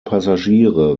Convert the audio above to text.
passagiere